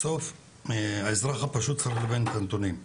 בסוף האזרח הפשוט צריך להבין את הנתונים,